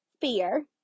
fear